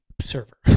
server